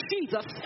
Jesus